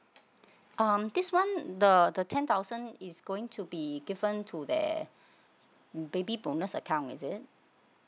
um this one the the ten thousand is going to be given to that baby bonus account is it